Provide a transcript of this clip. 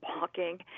walking